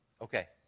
Okay